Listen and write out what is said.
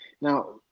Now